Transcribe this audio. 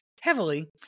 heavily